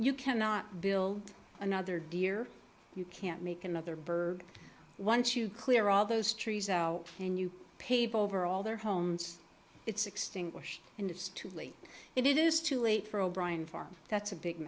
you cannot build another deer you can't make another bird once you clear all those trees and you pave over all their homes it's extinguished and it's too late it is too late for o'brian farm that's a big